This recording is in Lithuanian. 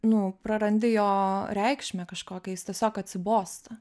nu prarandi jo reikšmę kažkokiais tiesiog atsibosta